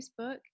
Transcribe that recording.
Facebook